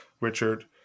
Richard